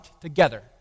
together